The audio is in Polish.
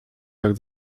jak